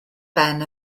ben